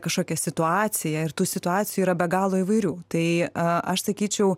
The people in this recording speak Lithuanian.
kažkokią situaciją ir tų situacijų yra be galo įvairių tai a aš sakyčiau